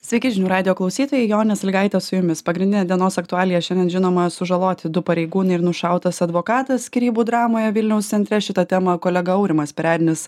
sveiki žinių radijo klausytojai jonės salygaitė su jumis pagrindinė dienos aktualija šiandien žinoma sužaloti du pareigūnai ir nušautas advokatas skyrybų dramoje vilniaus centre šita tema kolega aurimas perednis